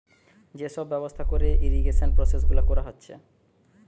যে সব ব্যবস্থা কোরে ইরিগেশন প্রসেস গুলা কোরা হচ্ছে